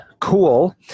Cool